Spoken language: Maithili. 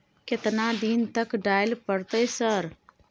केतना दिन तक डालय परतै सर?